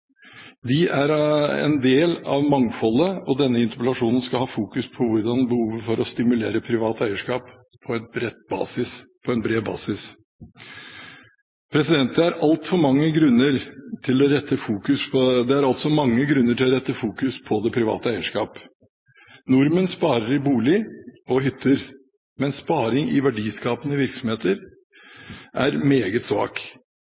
De er en del av mangfoldet, og denne interpellasjonen skal ha fokus på behovet for å stimulere privat eierskap på bred basis. Det er mange grunner til å rette fokus mot det private eierskap. Nordmenn sparer i bolig og hytter, mens sparing i verdiskapende virksomheter er meget svak.